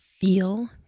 feel